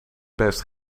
best